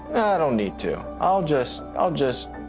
i don't need to. i'll just i'll just